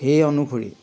সেই অনুসৰি